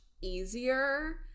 easier